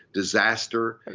disaster. and